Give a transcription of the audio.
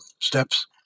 steps